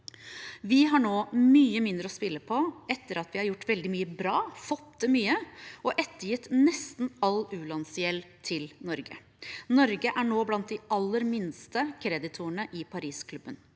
Vi har nå mye mindre å spille på, etter at vi har gjort veldig mye bra, fått til mye og ettergitt nesten all u-landsgjeld til Norge. Norge er nå blant de aller minste kreditorene i Parisklubben.